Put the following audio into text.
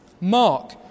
Mark